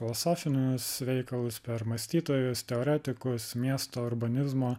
filosofinius veikalus per mąstytojus teoretikus miesto urbanizmo